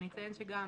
אציין שגם